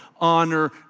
honor